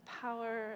power